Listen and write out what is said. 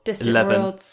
Eleven